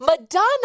Madonna